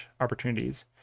opportunities